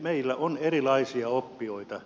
meillä on erilaisia oppijoita